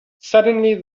suddenly